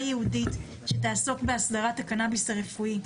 ייעודית שתעסוק בהסדרת הקנאביס הרפואי,